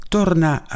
Torna